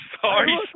Sorry